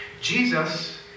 Jesus